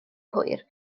hwyr